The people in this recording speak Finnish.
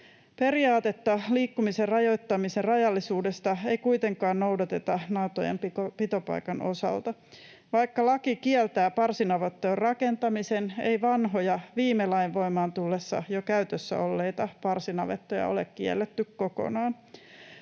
Periaatetta liikkumisen rajoittamisen rajallisuudesta ei kuitenkaan noudateta nautojen pitopaikan osalta. Vaikka laki kieltää parsinavettojen rakentamisen, ei vanhoja, viime lain voimaan tullessa jo käytössä olleita, parsinavettoja ole kielletty kokonaan.